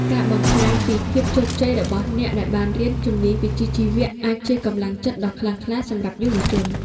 ការបង្ហាញពីភាពជោគជ័យរបស់អ្នកដែលបានរៀនជំនាញវិជ្ជាជីវៈ អាចជាកម្លាំងចិត្តដ៏ខ្លាំងក្លាសម្រាប់យុវជន។